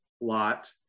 Lot